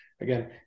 again